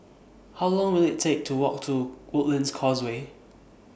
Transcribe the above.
How Long Will IT Take to Walk to Woodlands Causeway